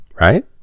Right